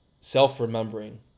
self-remembering